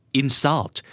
insult